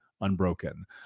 unbroken